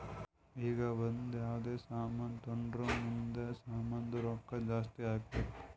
ಈಗ ಒಂದ್ ಯಾವ್ದೇ ಸಾಮಾನ್ ತೊಂಡುರ್ ಮುಂದ್ನು ಸಾಮಾನ್ದು ರೊಕ್ಕಾ ಜಾಸ್ತಿ ಆಗ್ಬೇಕ್